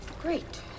Great